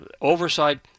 oversight